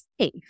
safe